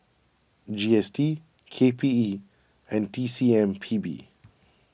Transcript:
G S T K P E and T C M P B